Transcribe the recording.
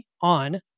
on